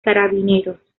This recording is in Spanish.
carabineros